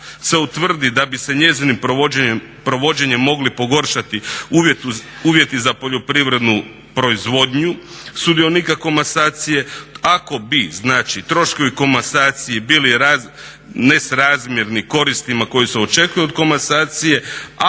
utvrdi da bi se njezinim provođenjem mogli pogoršati uvjeti za poljoprivrednu proizvodnju sudionika komasacije, ako bi znači troškovi komasacije bili nesrazmjerni koristima koji se očekuju od komasacije,